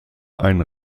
ein